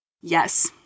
Yes